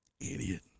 Idiot